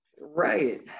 right